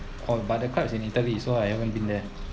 oh but the club is in italy so I haven't been there